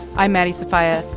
i'm maddie sofia.